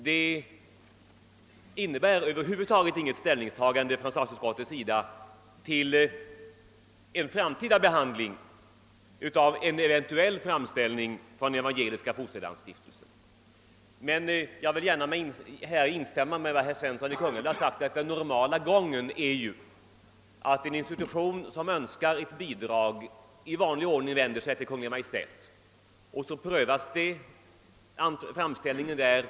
Statsutskottet har över huvud taget inte tagit ställning till en framtida behandling av en eventuell framställning från Evangeliska fosterlandsstiftelsen. Jag vill i likhet med herr Svens son i Kungälv konstatera, att den normala gången är att en institution som önskar ett bidrag i vanlig ordning vänder sig till Kungl. Maj:t, där framställningen prövas.